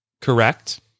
correct